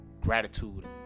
gratitude